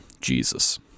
Jesus